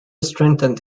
strengthened